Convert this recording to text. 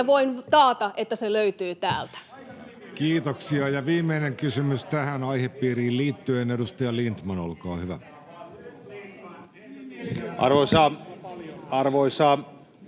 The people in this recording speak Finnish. Aika ylimielistä!] Kiitoksia. — Ja viimeinen kysymys tähän aihepiiriin liittyen, edustaja Lindtman, olkaa hyvä. Arvoisa